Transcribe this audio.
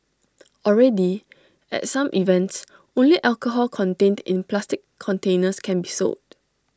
already at some events only alcohol contained in plastic containers can be sold